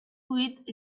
with